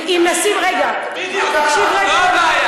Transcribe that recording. זאת הבושה הגדולה.